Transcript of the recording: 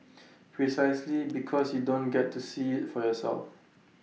precisely because you don't get to see IT for yourself